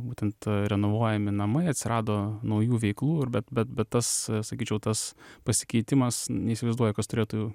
būtent renovuojami namai atsirado naujų veiklų ir bet bet bet tas sakyčiau tas pasikeitimas neįsivaizduoju kas turėtų